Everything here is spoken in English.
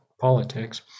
politics